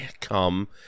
come